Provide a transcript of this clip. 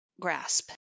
grasp